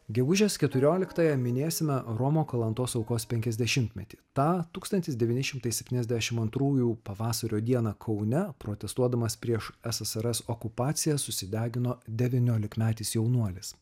gegužės keturioliktąją minėsime romo kalantos aukos penkiasdešimtmetį tą tūkstantis devyni šimtai septyniasdešim antrųjų pavasario dieną kaune protestuodamas prieš ssrs okupaciją susidegino devyniolikmetis jaunuolis